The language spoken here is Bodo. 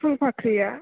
फुल फाक्रिया